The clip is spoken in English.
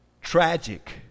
tragic